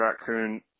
raccoon